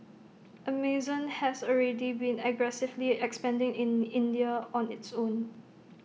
Amazon has already been aggressively expanding in India on its own